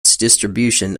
distribution